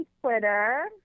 Twitter